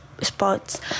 spots